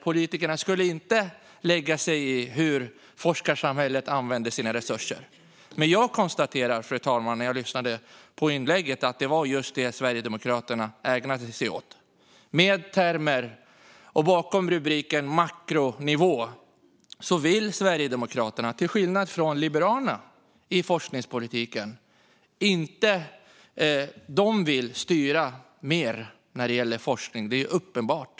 Politikerna ska inte lägga sig i hur forskarsamhället använder sina resurser, menade han. Men, fru talman, jag konstaterade när jag lyssnade på inlägget att det var just det Sverigedemokraterna ägnade sig åt i olika termer och bakom rubriken makronivå. Sverigedemokraterna vill, till skillnad från Liberalerna, styra mer i politiken när det gäller forskning. Det är uppenbart.